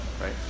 right